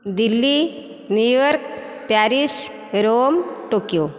Delhi New York Paris Rome Tokyo